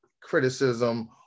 criticism